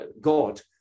God